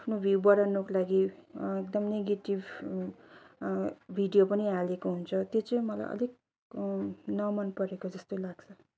आफ्नो भ्यू बढाउनुको लागि एकदम नेगेटिभ भिडियो पनि हालेको हुन्छ त्यो चाहिँ मलाई अलिक न मन परेको जस्तो लाग्छ